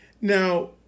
Now